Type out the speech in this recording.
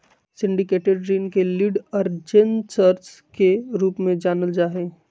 syndicated ऋण के lead arrangers के रूप में जानल जा हई